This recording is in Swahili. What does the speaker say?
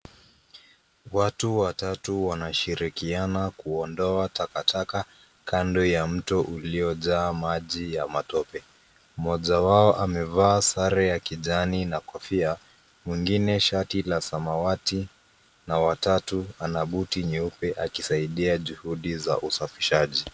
Watu watatu wanashirikiana kuondoa takataka kando ya mto uliojaa maji ya matope. Mmoja wao amevala sare ya kijani na kofia ,mwingine shati la samawati na watatu ana buti nyeupe akisaidia juhudi za usafishaji.